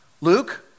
Luke